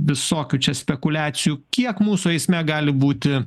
visokių čia spekuliacijų kiek mūsų eisme gali būti